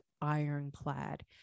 ironclad